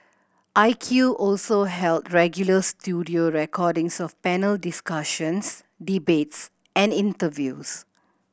I Q also held regular studio recordings of panel discussions debates and interviews